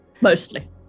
Mostly